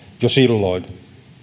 jo silloin